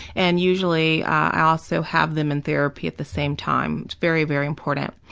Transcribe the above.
and usually i'll also have them in therapy at the same time. it's very, very important.